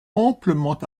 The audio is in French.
amplement